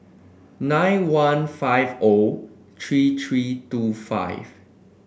nine one five O three three two five